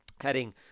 heading